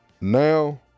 now